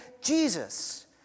Jesus